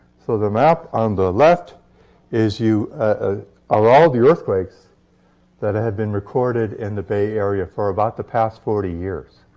so the map on the left is you ah of all the earthquakes that had been recorded in the bay area for about the past forty years.